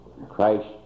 Christ